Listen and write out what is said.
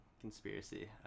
conspiracy